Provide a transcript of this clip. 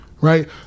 right